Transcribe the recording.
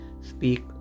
Speak